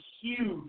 huge